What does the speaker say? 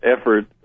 effort